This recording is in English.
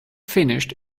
finished